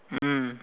mm